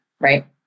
Right